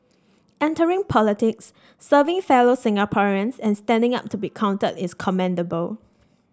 entering politics serving fellow Singaporeans and standing up to be counted is commendable